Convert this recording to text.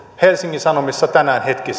helsingin sanomissa tänään hetki